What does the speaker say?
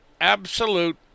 absolute